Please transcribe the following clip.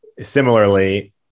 similarly